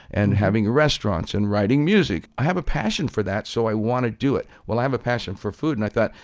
and having restaurants and writing music. i have a passion for that, so i want to do it. i have a passion for food. and i thought,